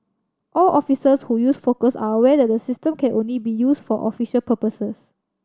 all officers who use Focus are aware that the system can only be used for official purposes